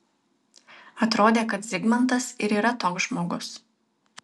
atrodė kad zigmantas ir yra toks žmogus